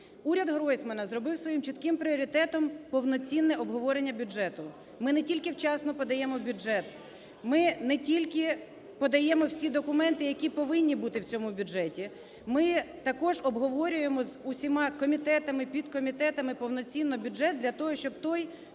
Уряд Гройсмана зробив своїм чітким пріоритетом повноцінне обговорення бюджету. Ми не тільки вчасно подаємо бюджет, ми не тільки подаємо всі документи, які повинні бути в цьому бюджеті, ми також обговорюємо з усіма комітетами, підкомітетами повноцінно бюджет для того, щоб той